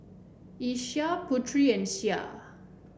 Aisyah Putri and Syah